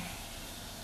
is it